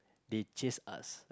they chase us